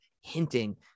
hinting